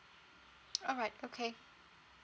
all right okay